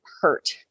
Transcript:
hurt